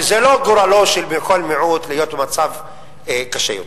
שזה לא גורלו של כל מיעוט להיות במצב קשה יותר.